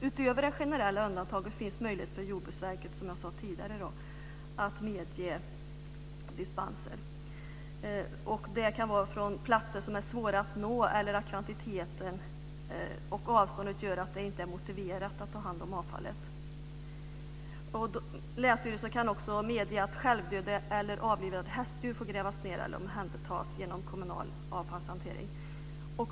Utöver de generella undantagen finns möjlighet för Jordbruksverket att medge dispenser. Det kan gälla om det är platser som är svåra att nå eller om kvantiteten och avståndet gör att det inte är motiverat att ta hand om avfallet. Länsstyrelsen kan också medge att självdöda eller avlivade hästdjur får grävas ned eller omhändertas genom kommunal avfallshantering.